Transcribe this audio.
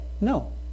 No